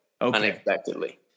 unexpectedly